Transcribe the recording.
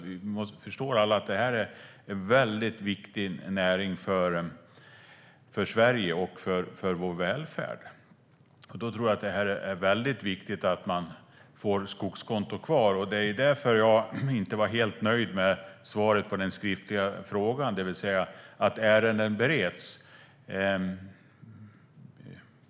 Vi förstår alla att det här är en väldigt viktig näring för Sverige och vår välfärd. Därför tror jag att det är väldigt viktigt att skogskontona blir kvar. Jag är inte helt nöjd med interpellationssvaret, som går ut på att ärendet bereds.